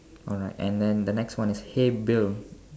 alright and then the next one is hey bill